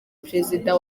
perezida